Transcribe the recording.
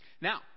Now